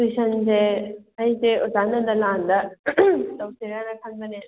ꯇꯨꯏꯁꯟꯁꯦ ꯑꯩꯁꯦ ꯑꯣꯖꯥ ꯅꯟꯗꯂꯥꯟꯗ ꯇꯧꯁꯤꯔꯥꯅ ꯈꯟꯕꯅꯦ